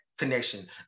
connection